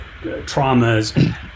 traumas